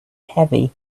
heavy